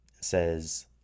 says